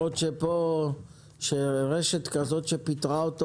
למרות שרשת כזאת שפיטרה אותו,